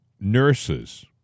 nurses